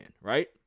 right